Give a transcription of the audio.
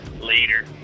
later